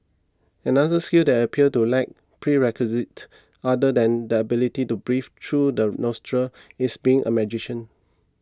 another skill that appears to lack prerequisites other than the ability to breathe through the nostrils is being a magician